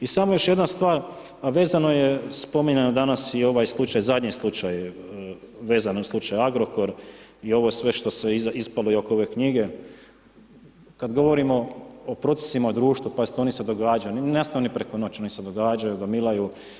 I samo još jedna stvar a vezano je spominjano danas i ovaj slučaj, zadnji slučaj, vezano uz slučaj Agrokor i ovo sve što je ispalo i oko ove knjige, kada govorimo o procesima društva, pazite, oni se događaju, ... preko noći, oni se događaju, gomilaju.